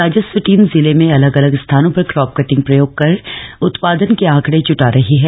राजस्व टीम जिले में अलग अलग स्थानों पर क्रॉप कटिंग प्रयोग कर उत्पादन के आंकडे जुटा रही है